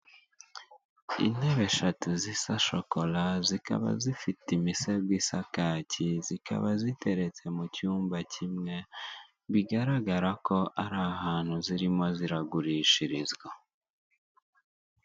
Isoko rifite ibicuruzwa bitandukanye by'imitako yakorewe mu Rwanda, harimo uduseke twinshi n'imitako yo mu ijosi, n'imitako yo kumanika mu nzu harimo n'ibibumbano bigiye bitandukanye n'udutebo.